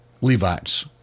Levites